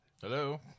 Hello